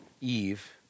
Eve